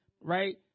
Right